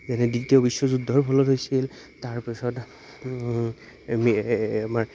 যেনে দ্বিতীয় বিশ্ব যুদ্ধৰ ফলত হৈছিল তাৰপিছত আমাৰ